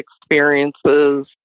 experiences